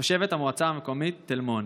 תושבת המועצה המקומית תל מונד.